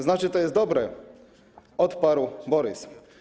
Znaczy, to jest dobre - odparł Borys.